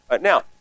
Now